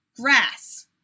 grass